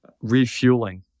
refueling